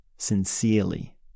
Sincerely